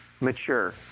mature